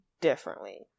differently